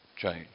change